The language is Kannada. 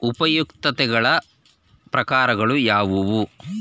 ಉಪಯುಕ್ತತೆಗಳ ಪ್ರಕಾರಗಳು ಯಾವುವು?